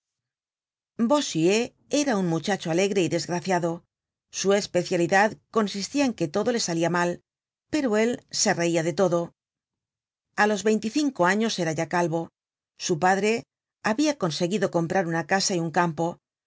bossuet era un muchacho alegre y desgraciado su especialidad consistia en que todo le salia mal pero él se reia de todo a los veinticinco años era ya calvo su padre habia conseguido comprar una casa y un campo